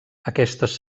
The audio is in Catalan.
aquestes